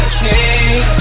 king